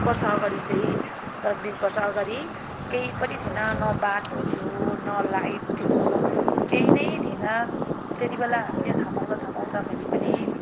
वर्ष अगाडि चाहिँ दस बिस वर्ष अगाडि केही पनि थिएन न बाटो थियो न लाइट थियो केही नै थिएन त्यति बेला हामीले थाहा पाउँदा थाहा पाउँदाखेरि पनि